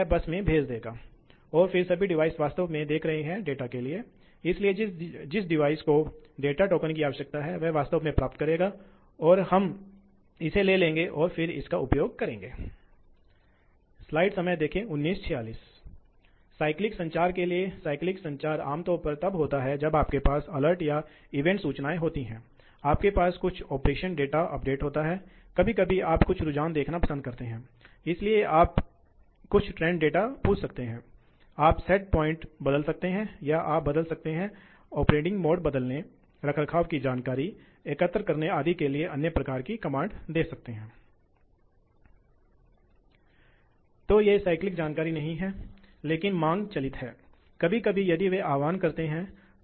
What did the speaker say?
पंपों के लिए यह एक पंप विशेषता है फिर से वही चीज मूल रूप से एक ही चीज है इसलिए हम यह थोड़ी तेजी से करने जा रहे हैं इसलिए यह पंप विशेषता है और यह सिस्टम वक्र है जो फिर से है आप निश्चित रूप से जानते हैं इस अर्थ में थोड़ा अंतर है कि प्रशंसक गैसों को ड्राइव करते हैं जो कि संपीड़ित होते हैं और पंप तरल पदार्थ चलाते हैं जो आम तौर पर असंगत होते हैं इसलिए वहां थोड़ा अंतर होता है लेकिन यह अनिवार्य रूप से दिखता है कि सिद्धांत सभी समान है